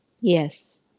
Yes